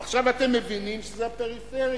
עכשיו אתם מבינים שזה הפריפריה?